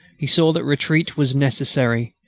he saw that retreat was necessary.